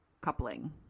coupling